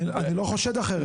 אני לא חושד אחרת.